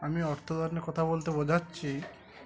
আমি অর্থদের কথা বলতে বোঝাচ্ছি